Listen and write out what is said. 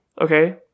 Okay